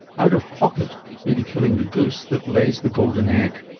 out-of-pocket may be killing the goose that lays the golden egg.